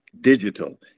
digital